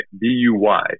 B-U-Y